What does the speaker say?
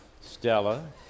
Stella